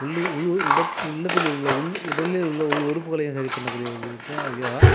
உள்ளத்தில் உள்ள உடலில் உள்ள உள் உறுப்புகளை சரி பண்ணக்கூடியது தான் யோகா